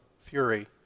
fury